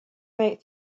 make